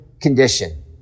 condition